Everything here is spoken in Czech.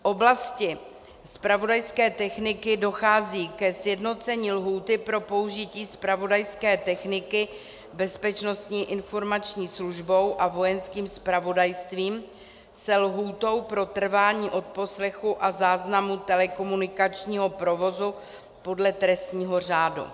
V oblasti zpravodajské techniky dochází ke sjednocení lhůty pro použití zpravodajské techniky Bezpečnostní informační službou a Vojenským zpravodajstvím se lhůtou pro trvání odposlechu a záznamu telekomunikačního provozu podle trestního řádu.